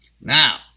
Now